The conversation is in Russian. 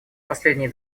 последние